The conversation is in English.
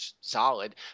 solid